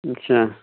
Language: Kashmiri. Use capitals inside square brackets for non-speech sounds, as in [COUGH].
[UNINTELLIGIBLE]